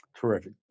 Terrific